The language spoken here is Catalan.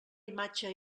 imatge